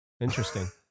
Interesting